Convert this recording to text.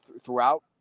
throughout